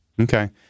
Okay